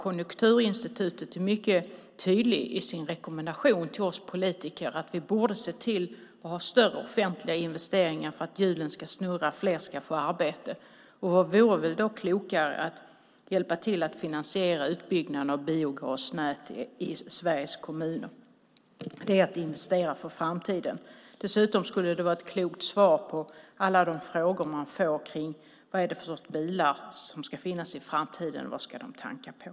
Konjunkturinstitutet är mycket tydligt i sin rekommendation till oss politiker. Vi borde se till att ha större offentliga investeringar för att hjulen ska snurra och fler ska få arbete. Vad vore då klokare än att hjälpa till att finansiera utbyggnad av biogasnät i Sveriges kommuner? Det är att investera för framtiden. Det skulle dessutom vara ett klokt svar på alla de frågor som man får. Vad är det för bilar som ska finnas för framtiden? Vad ska de tanka på?